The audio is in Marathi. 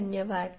धन्यवाद